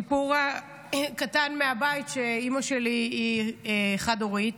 סיפור קטן מהבית: אימא שלי היא חד-הורית,